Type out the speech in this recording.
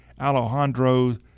Alejandro